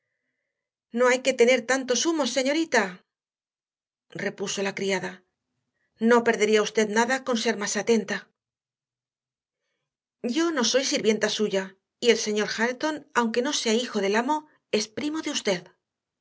no hay que tener tantos humos señorita repuso la criada no perdería usted nada con ser más atenta yo no soy sirvienta suya y el señor hareton aunque no sea hijo del amo es primo de usted